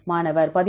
மாணவர் 13